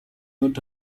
not